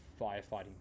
firefighting